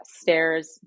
stairs